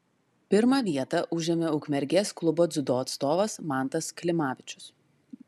pirmą vietą užėmė ukmergės klubo dziudo atstovas mantas klimavičius